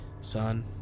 Son